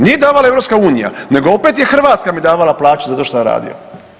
Nije davala EU, nego opet je Hrvatska mi davala plaću zato što sam radio.